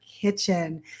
kitchen